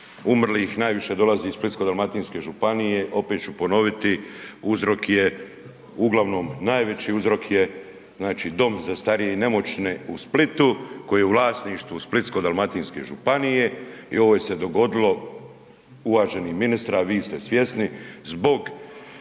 umrlih najviše dolazi iz Splitsko-dalmatinske županije opet ću ponoviti uzrok je uglavnom najveći uzrok je znači dom za starije i nemoćne u Splitu koji je u vlasništvu Splitsko-dalmatinske županije i ovo se je dogodilo zbog neodgovornosti, uvaženi ministre, a vi ste svjesni, zbog